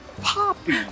Poppy